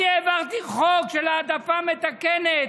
אני העברתי חוק של העדפה מתקנת,